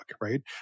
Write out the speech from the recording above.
right